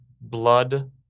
blood